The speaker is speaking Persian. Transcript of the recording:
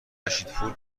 رشیدپور